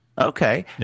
Okay